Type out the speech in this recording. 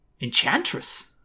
Enchantress